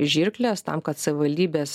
žirkles tam kad savivaldybės